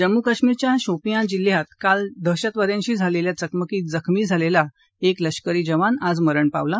जम्मू कश्मीरच्या शोपियान जिल्ह्यात काल दहशतवाद्यांशी झालेल्या चकमकीत जखमी झालेला एक लष्करी जवान आज मरण पावला